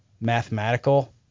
mathematical